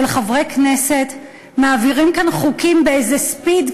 של חברי כנסת: מעבירים כאן חוקים באיזה ספיד,